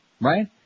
Right